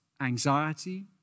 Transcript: anxiety